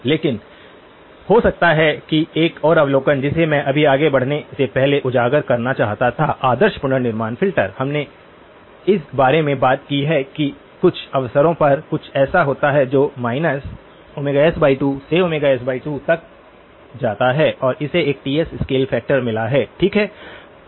लेकिन हो सकता है कि एक और अवलोकन जिसे मैं अभी आगे बढ़ने से पहले उजागर करना चाहता था आदर्श पुनर्निर्माण फ़िल्टर हमने इस बारे में बात की है कि कुछ अवसरों पर कुछ ऐसा होता है जो s2 से s2 तक जाता है और इसे एक Ts स्केल फैक्टर मिला है ठीक है